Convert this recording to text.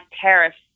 tariffs